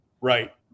Right